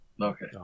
Okay